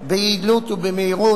ביעילות ובמהירות.